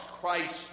Christ